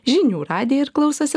žinių radiją ir klausosi